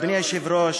אדוני היושב-ראש,